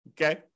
okay